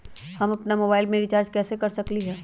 हम अपन मोबाइल में रिचार्ज कैसे कर सकली ह?